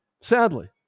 sadly